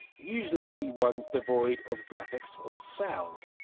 usually the ones devoid of graphics or sound.